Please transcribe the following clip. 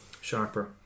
sharper